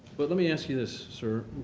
but let me ask you this, sir.